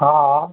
हा